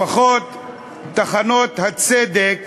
לפחות טחנות הצדק